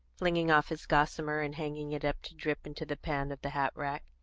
flinging off his gossamer, and hanging it up to drip into the pan of the hat rack.